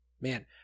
Man